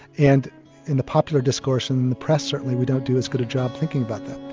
and in the popular discourse and in the press certainly we don't do as good a job thinking about that.